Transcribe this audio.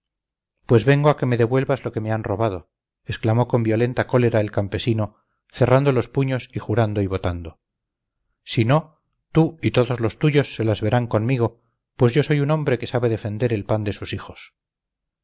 pues vengo a que me devuelvas lo que me han robado exclamó con violenta cólera el campesino cerrando los puños y jurando y votando si no tú y todos los tuyos se las verán conmigo pues yo soy un hombre que sabe defender el pan de sus hijos